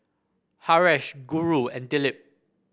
Haresh Guru and Dilip